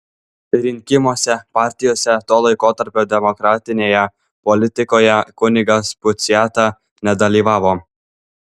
rinkimuose partijose to laikotarpio demokratinėje politikoje kunigas puciata nedalyvavo